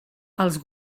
els